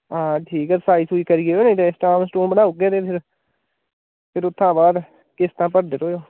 हां ठीक ऐ साई सुई करी जाओ स्टाम स्टूम बनाई ओड़गे फिर उत्थैं बाद किस्तां भरदे रवेओ